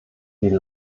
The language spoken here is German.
wie